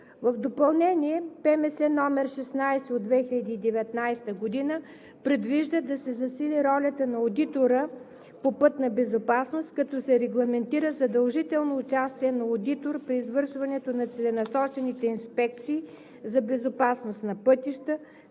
В допълнение, РМС № 16 от 2019 г. предвижда да се засили ролята на одитора по пътна безопасност, като се регламентира задължително участие на одитор при извършването на целенасочените инспекции за безопасност на пътища,